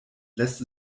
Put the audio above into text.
lässt